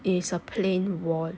is a plain wall